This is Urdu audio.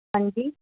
ہاں جی